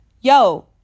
yo